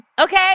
okay